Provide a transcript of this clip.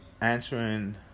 answering